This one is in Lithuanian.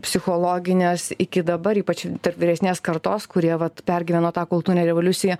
psichologinės iki dabar ypač tarp vyresnės kartos kurie vat pergyveno tą kultūrinę revoliuciją